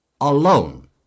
alone